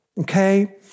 Okay